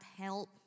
help